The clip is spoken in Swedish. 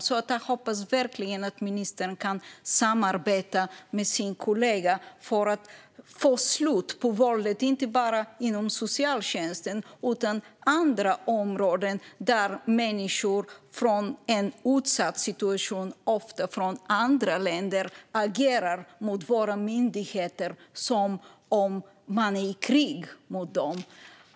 Jag hoppas verkligen att ministern kan samarbeta med sin kollega för att få slut på våldet, inte bara när det gäller socialtjänsten utan också på andra områden där människor i en utsatt situation, ofta från andra länder, agerar mot våra myndigheter som om man vore i krig med dem.